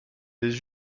des